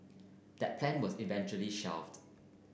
that plan was eventually shelved